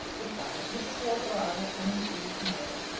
good-bye. mrs. wortle or i will come and see you to-morrow.